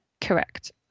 Correct